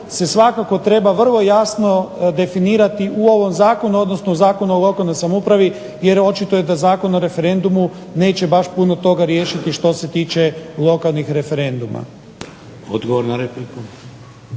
Odgovor na repliku.